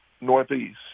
Northeast